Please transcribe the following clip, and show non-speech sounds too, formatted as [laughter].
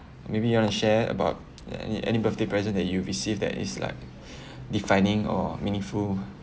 maybe you want to share about any any birthday present that you receive that is like [breath] defining or meaningful